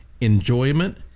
enjoyment